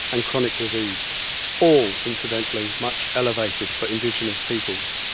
and chronic disease all, incidentally, much elevated for indigenous peoples.